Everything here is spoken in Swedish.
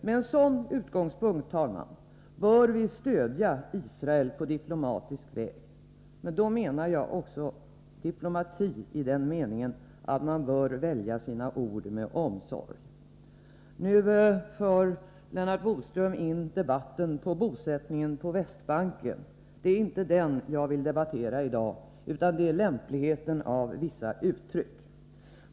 Med en sådan utgångspunkt, herr talman, bör vi stödja Israel på diplomatisk väg. Då avser jag diplomati i den meningen att man bör välja sina ord med omsorg. Lennart Bodström för in debatten på bosättningen på Västbanken. Det är inte den jag vill debattera i dag, utan lämpligheten av vissa uttryck.